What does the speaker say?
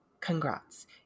congrats